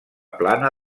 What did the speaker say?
plana